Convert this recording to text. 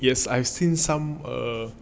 yes I've seen some err